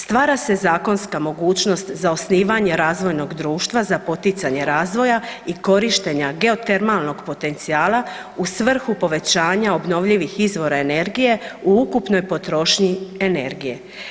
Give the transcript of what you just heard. Stvara se zakonska mogućnost za osnivanje razvojnog društva za poticanje razvoja i korištenja geotermalnog potencijala u svrhu povećanja obnovljivih izvora energije u ukupnoj potrošnji energije.